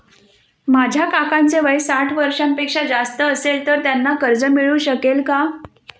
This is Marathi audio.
माझ्या काकांचे वय साठ वर्षांपेक्षा जास्त असेल तर त्यांना कर्ज मिळू शकेल का?